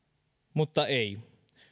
mutta ei